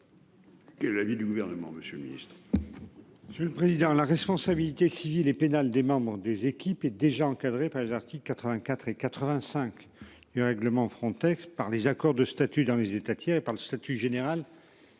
Que l'avis du gouvernement, Monsieur le Ministre.